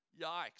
Yikes